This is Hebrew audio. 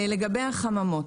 לגבי החממות,